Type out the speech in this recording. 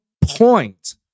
point